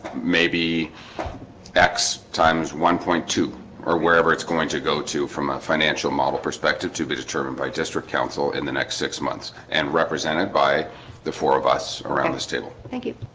may be x times one point two or wherever it's going to go to from a financial model perspective to be determined by district council in the next six months and represented by the four of us around this table. thank you.